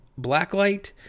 Blacklight